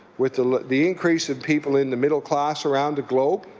with the the increase of people in the middle class around the globe,